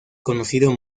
conocido